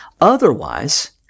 Otherwise